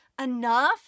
enough